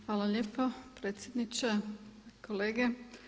Hvala lijepo predsjedniče, kolege.